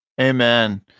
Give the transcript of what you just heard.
Amen